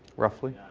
roughly?